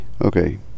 Okay